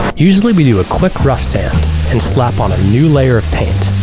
usually we do a quick rough sand and slap on a new layer of paint.